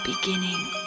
beginning